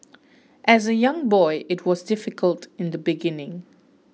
as a young boy it was difficult in the beginning